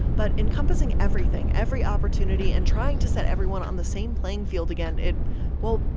but encompassing everything, every opportunity and trying to set everyone on the same playing field again, it well,